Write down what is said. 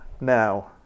now